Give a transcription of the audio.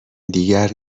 دیگر